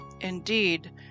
indeed